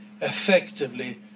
effectively